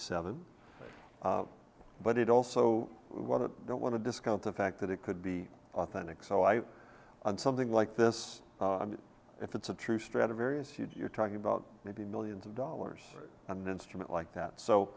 seven but it also what don't want to discount the fact that it could be authentic so i on something like this if it's a true stradivarius you'd you're talking about maybe millions of dollars for an instrument like that so